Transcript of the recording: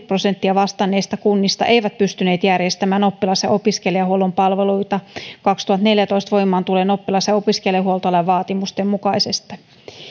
prosenttia vastanneista kunnista ei pystynyt järjestämään oppilas ja opiskelijahuollon palveluita kaksituhattaneljätoista voimaan tulleen oppilas ja opiskelijahuoltolain vaatimusten mukaisesti